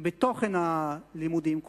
בתוכן הלימודים,